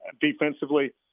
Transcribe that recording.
Defensively